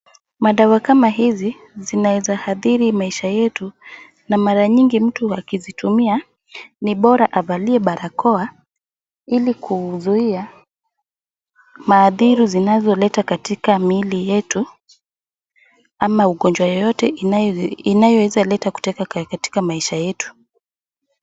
Madawa kama hizi zinaeza adhiri maisha yetu na mara nyingi mtu akizitumia ni bora ili kuzuia madhra zinazoletwa katika miili yetu au ugonjwa yeyote ianyoweza leta katika maisha yetu.